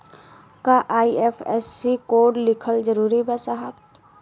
का IFSC code लिखल जरूरी बा साहब?